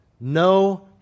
no